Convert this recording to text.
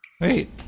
wait